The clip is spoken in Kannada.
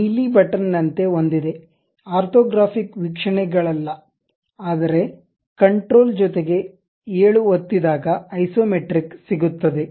ನೀಲಿ ಬಟನ್ ನಂತೆ ಒಂದಿದೆ ಆರ್ಥೋಗ್ರಾಫಿಕ್ ವೀಕ್ಷಣೆಗಳಲ್ಲ ಆದರೆ ಕಂಟ್ರೋಲ್ ಜೊತೆಗೆ 7 ಒತ್ತಿದಾಗ ಐಸೊಮೆಟ್ರಿಕ್ ಸಿಗುತ್ತದೆ